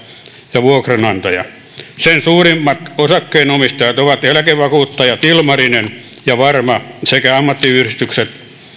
ja vuokranantaja sen suurimmat osakkeenomistajat ovat eläkevakuuttajat ilmarinen ja varma sekä ammattiyhdistykset